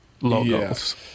logos